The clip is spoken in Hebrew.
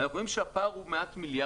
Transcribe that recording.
אנחנו רואים שזה פער של מעט מיליארדים.